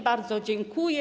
Bardzo dziękuję.